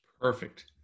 Perfect